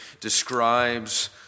describes